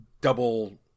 double